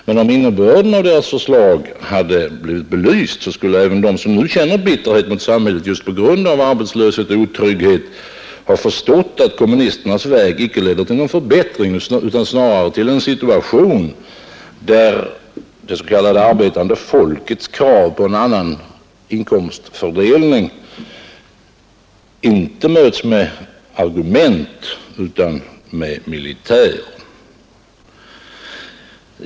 Men om innebörden av deras förslag hade blivit belyst, skulle även de som nu känner bitterhet mot samhället just på grund av arbetslöshet och otrygghet ha förstått att kommunisternas väg inte leder till någon förbättring utan snarare till en situation där det s.k. arbetande folkets krav på en annan inkomstfördelning inte möts med argument utan med militär.